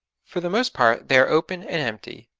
for the most part they are open and empty,